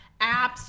apps